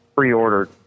Pre-ordered